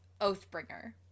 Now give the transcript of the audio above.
Oathbringer